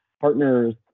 partners